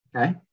Okay